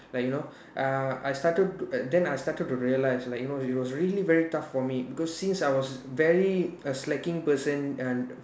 like you know uh I started then I started to realise like you know it was really very tough for me because since I was very a slacking person and